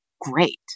great